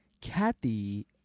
kathy